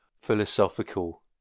philosophical